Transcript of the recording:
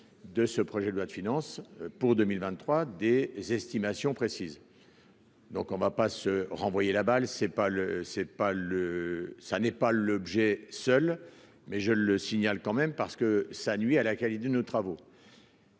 de ce projet de loi de finances pour 2023 des estimations précises. Donc on va pas se renvoyer la balle, c'est pas le c'est pas le ça n'est pas l'objet, seul, mais je le signale, quand même, parce que ça nuit à la qualité de nos travaux.